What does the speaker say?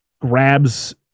grabs